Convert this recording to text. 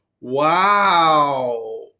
Wow